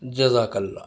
جزاک اللہ